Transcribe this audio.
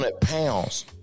pounds